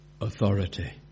authority